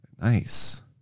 Nice